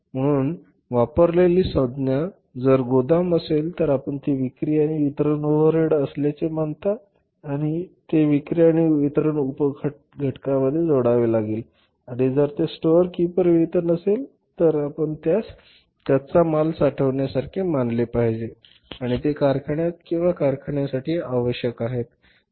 म्हणून वापरलेली संज्ञा जर गोदाम असेल तर आपण ती विक्री आणि वितरण ओव्हरहेड असल्याचे मानता आणि ते विक्री आणि वितरण उप घटकांमध्ये जोडावे लागेल आणि जर ते स्टोअर कीपर वेतन असेल तर आपण त्यास कच्चा माल साठवण्यासारखे मानले पाहिजे आणि ते कारखान्यात किंवा कारखान्यासाठी आवश्यक आहेत